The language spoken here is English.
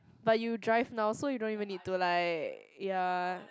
but you drive now so you don't even to like ya